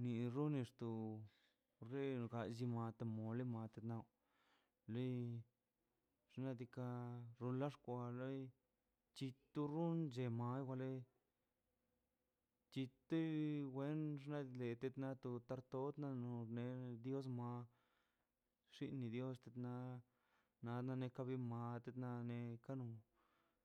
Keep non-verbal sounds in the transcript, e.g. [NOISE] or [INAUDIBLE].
Ni rrunex to re raas to mole lin xnaꞌ diikaꞌ rola xkwa lei chitu [HESITATION] rond llia mawale chite wen xne lede tod tartod na on le dios ma xini dios na dane ka mal nate na ne kanun